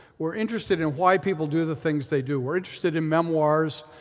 we're interested in why people do the things they do. we're interested in memoirs.